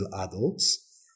adults